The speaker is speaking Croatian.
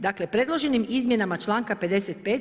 Dakle, predloženim izmjenama članka 55.